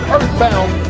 Earthbound